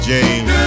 James